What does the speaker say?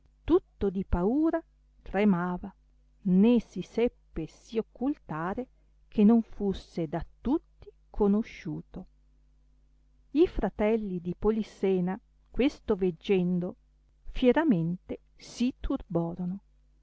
tutto di paura tremava ne si seppe sì occultare che non fusse da tutti conosciuto i fratelli di polissena questo veggendo fieramente si turhorono